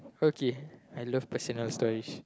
okay I love pressing out stories